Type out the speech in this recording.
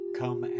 come